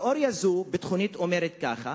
תיאוריה ביטחונית זו אומרת כך: